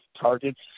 targets